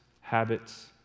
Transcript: habits